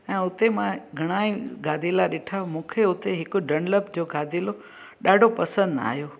ऐं हुते मां घणेई गादेला ॾिठा मूंखे हुते हिकु डनलप जो गादेलो ॾाढो पसंदि आहियो